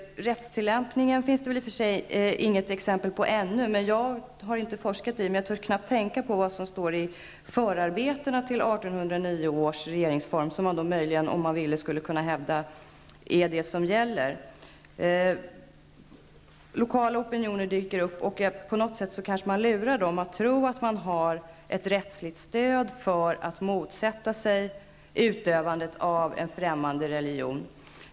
Rättstillämpningen härvidlag finns det väl i och för sig inget exempel på ännu. Jag har inte forskat i saken, men jag törs knappt tänka på vad som står i förarbetena till 1809 års regeringsform som man möjligen, om ville, skulle kunna hävda är det som gäller. Lokala opinioner dyker upp, och på något sätt kanske man lurar dem att tro att det finns ett rättsligt stöd för att motsätta sig utövandet av en främmande religion.